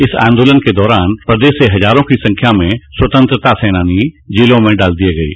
इस आन्दोलन के दौरान प्रदेश से हजारों की संख्या में स्वतंत्रता सेनानी जेलों में डाल दिये गये